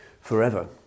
forever